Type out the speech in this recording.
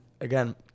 again